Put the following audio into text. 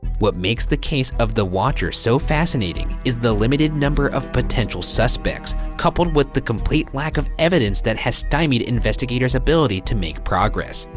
what makes the case of the watcher so fascinating is the limited number of potential suspects, coupled with the complete lack of evidence that has stymied investigators' ability to make progress.